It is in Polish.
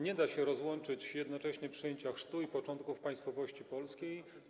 Nie da się rozłączyć jednocześnie przyjęcia chrztu i początków państwowości polskiej.